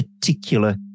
particular